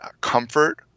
comfort